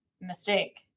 mistake